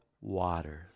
waters